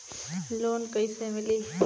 Loan कइसे मिलि?